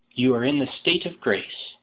you are in the state of grace.